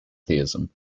theism